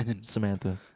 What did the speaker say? Samantha